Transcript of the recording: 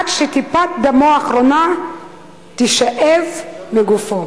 עד שטיפת דמו האחרונה תישאב מגופו,